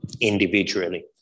individually